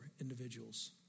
individuals